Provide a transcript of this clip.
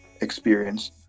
experience